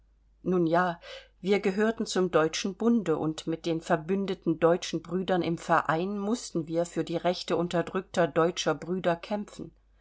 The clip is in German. nun ja wir gehörten zum deutschen bunde und mit den verbündeten deutschen brüdern im verein mußten wir für die rechte unterdrückter deutscher brüder kämpfen